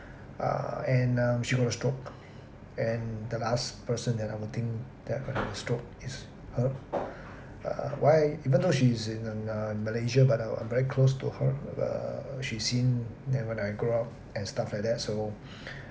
err and um she got a stroke and the last person that I would think that will have a stroke is her uh why even though she's in in uh in malaysia but I was I'm very close to her uh she seen that when I grow up and stuff like that so